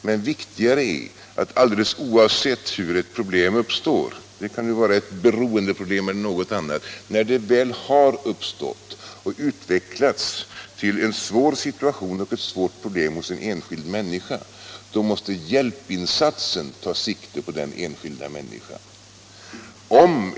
Men viktigare är, oavsett hur ett problem uppstår — det kan vara ett beroendeproblem eller något annat — att när det väl har uppstått och utvecklats till en svår situation hos en enskild människa, då måste hjälp insatsen ta sikte på den enskilda människan.